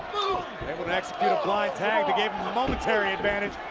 able to execute a blind tag that gave him a momentary advantage,